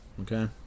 okay